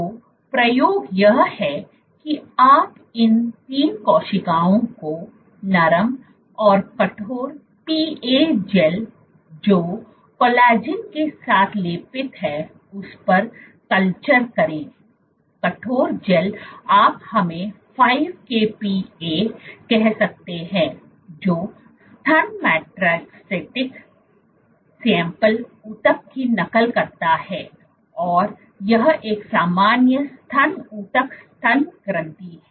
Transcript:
तो प्रयोग यह है कि आप इन 3 कोशिकाओं को नरम और कठोर पीए जैल जो कोलेजन के साथ लेपित हैं उसपर कॉलचर करें कठोर जेल आप हमें 5 kPa कह सकते हैं जो स्तन मेटास्टैटिक सेंपल ऊतक की नकल करता है और यह एक सामान्य स्तन ऊतक स्तन ग्रंथि है